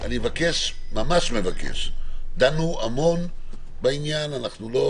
אני מבקש, ממש מבקש, דנו הרבה בעניין ולא